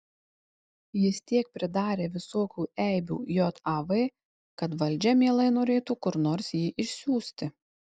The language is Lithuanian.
jis tiek pridarė visokių eibių jav kad valdžia mielai norėtų kur nors jį išsiųsti